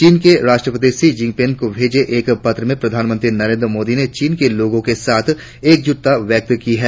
चीन के राष्ट्रपति षी जिनफिंग को भेजे गए पत्र में प्रधानमंत्री मोदी ने चीन के लोगों के साथ एकजुटता व्यक्त की है